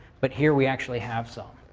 but here we actually have some.